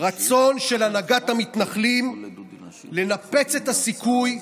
רצון של הנהגת המתנחלים לנפץ את הסיכוי,